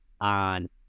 on